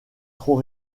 trop